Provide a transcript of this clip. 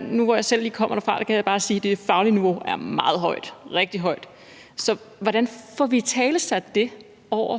Nu, hvor jeg selv lige kommer derfra, kan jeg bare sige: Det faglige niveau er meget højt – rigtig højt. Så hvordan får vi italesat det over